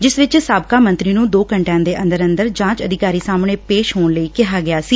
ਜਿਸ ਵਿਚ ਸਾਬਕਾ ਮੰਤਰੀ ਨੂੰ ਦੋ ਘੰਟਿਆਂ ਦੇ ਅੰਦਰ ਜਾਂਚ ਅਧਿਕਾਰੀ ਸਾਹਮਣੇ ਪੇਸ਼ ਹੋਣ ਲਈ ਕਿਹਾ ਗਿਆ ਸੀ